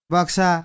Baksa